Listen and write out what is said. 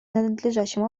надлежащим